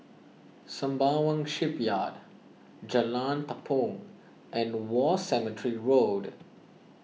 Sembawang Shipyard Jalan Tepong and War Cemetery Road